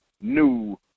new